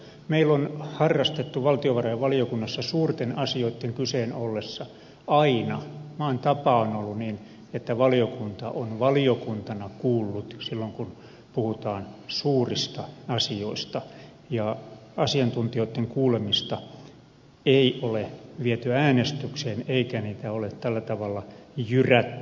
meillä on harrastettu valtiovarainvaliokunnassa suurten asioitten kyseen ollessa aina maan tapa on ollut niin sitä että valiokunta on valiokuntana kuullut silloin kun puhutaan suurista asioista ja asiantuntijoitten kuulemista ei ole viety äänestykseen eikä asiantuntijoita ole tällä tavalla jyrätty